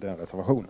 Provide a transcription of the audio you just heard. reservationen.